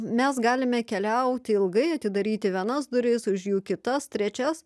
mes galime keliauti ilgai atidaryti vienas duris už jų kitas trečias